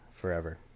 forever